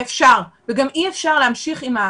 אי-אפשר, וגם אי-אפשר להמשיך עם הנתונים הסותרים.